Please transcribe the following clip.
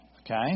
Okay